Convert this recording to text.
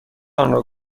آنرا